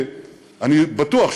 אני בטוח,